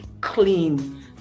clean